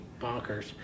bonkers